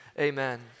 amen